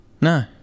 No